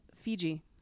Fiji